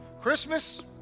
Christmas